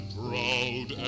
proud